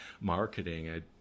marketing